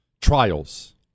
Trials